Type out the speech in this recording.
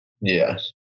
Yes